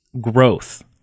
growth